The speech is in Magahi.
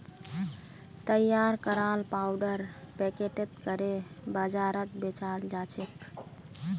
तैयार कराल पाउडर पैकेटत करे बाजारत बेचाल जाछेक